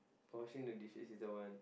washing the dishes is the one